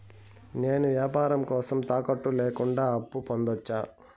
నేను వ్యాపారం కోసం తాకట్టు లేకుండా అప్పు పొందొచ్చా?